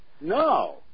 No